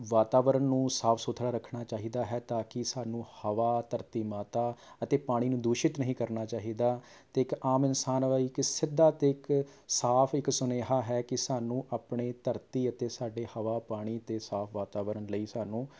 ਵਾਤਾਵਰਨ ਨੂੰ ਸਾਫ ਸੁਥਰਾ ਰੱਖਣਾ ਚਾਹੀਦਾ ਹੈ ਤਾਂ ਕਿ ਸਾਨੂੰ ਹਵਾ ਧਰਤੀ ਮਾਤਾ ਅਤੇ ਪਾਣੀ ਨੂੰ ਦੂਸ਼ਿਤ ਨਹੀਂ ਕਰਨਾ ਚਾਹੀਦਾ ਅਤੇ ਇੱਕ ਆਮ ਇਨਸਾਨ ਵਾਈ ਇੱਕ ਸਿੱਧਾ ਅਤੇ ਇੱਕ ਸਾਫ ਇੱਕ ਸੁਨੇਹਾ ਹੈ ਕਿ ਸਾਨੂੰ ਆਪਣੀ ਧਰਤੀ ਅਤੇ ਸਾਡੇ ਹਵਾ ਪਾਣੀ ਅਤੇ ਸਾਫ ਵਾਤਾਵਰਨ ਲਈ ਸਾਨੂੰ